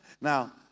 Now